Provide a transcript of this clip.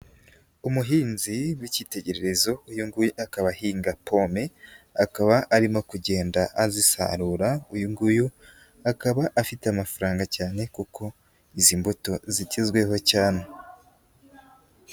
Umuhinzi w'ikitegererezo uyu nguyu akaba ahinga pome, akaba arimo kugenda azisarura, uyu nguyu akaba afite amafaranga cyane kuko izi mbuto zikizweho cyane.